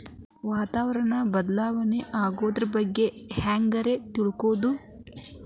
ವಾತಾವರಣ ಬದಲಾಗೊದ್ರ ಬಗ್ಗೆ ಹ್ಯಾಂಗ್ ರೇ ತಿಳ್ಕೊಳೋದು?